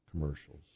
commercials